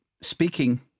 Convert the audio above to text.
speaking